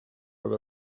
per